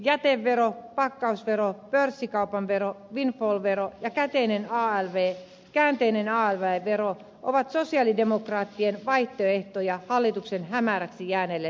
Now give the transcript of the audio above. jätevero pakkausvero pörssikaupan vero windfall vero ja käänteinen alv vero ovat sosialidemokraattien vaihtoehtoja hallituksen hämäräksi jääneelle verolinjalle